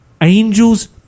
angels